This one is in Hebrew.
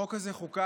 החוק הזה חוקק